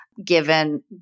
given